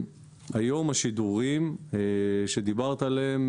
היום השידורים שדיברת עליהם,